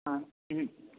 हाँ हम्म